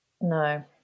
No